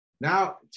Now